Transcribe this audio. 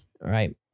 Right